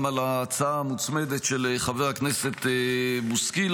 גם על ההצעה המוצמדת של חבר הכנסת בוסקילה,